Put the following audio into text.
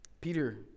Peter